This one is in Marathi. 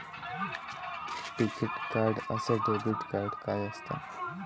टिकीत कार्ड अस डेबिट कार्ड काय असत?